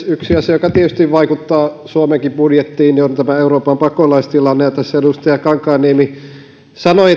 yksi asia joka tietysti vaikuttaa suomenkin budjettiin on tämä euroopan pakolaistilanne tässä edustaja kankaanniemi sanoi